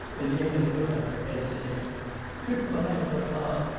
elena put out her head, saying good-bye, papa,